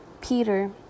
Peter